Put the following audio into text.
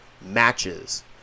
matches